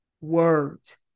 words